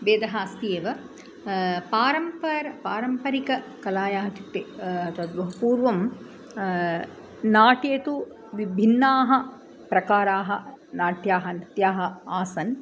भेदः अस्ति एव पारम्पर् पारम्परिककलायाः इत्युक्ते तद् बहु पूर्वं नाट्ये तु विभिन्नाः प्रकाराः नाट्यानि नृत्यानि आसन्